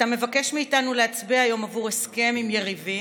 אתה מבקש מאיתנו להצביע עבור הסכם עם יריבים,